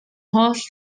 holl